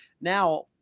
Now